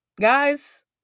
guys